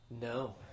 No